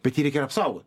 bet jį reikia apsaugot